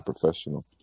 professional